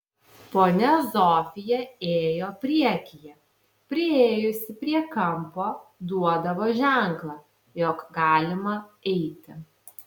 ponia zofija ėjo priekyje priėjusi prie kampo duodavo ženklą jog galima eiti